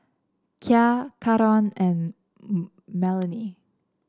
Kya Caron and Melanie